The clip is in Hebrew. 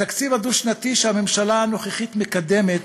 התקציב הדו-שנתי שהממשלה הנוכחית מקדמת